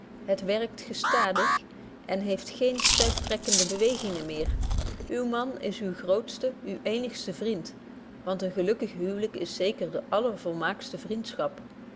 het werkt gestadig en heeft gene stuiptrekkende bewegingen meer uw man is uw grootste uw eenigste vriend want een gelukkig huwelyk is zeker de allervolmaaktste vriendschap